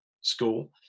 school